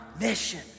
mission